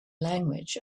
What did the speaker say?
language